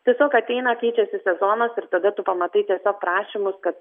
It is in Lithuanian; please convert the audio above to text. tiesiog ateina keičiasi sezonas ir tada tu pamatai tiesiog prašymus kad